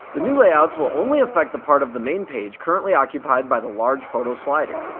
the new layouts will only affect the part of the main page currently occupied by the large photo slider.